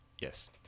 Yes